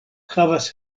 havas